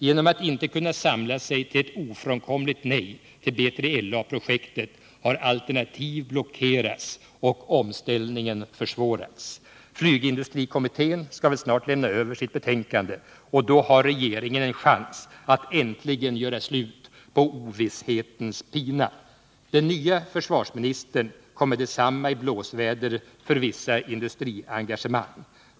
Genom att man inte kunnat samla sig till ett ofrånkomligt nej till BILA projektet har alternativ blockerats och omställningen försvårats. Flygindustrikommittén skall väl snart lämna över sitt betänkande och då har regeringen en chans att äntligen göra slut på ovisshetens pina. Den nya försvarsministern kom med detsamma i blåsväder på grund av vissa industriengagemang.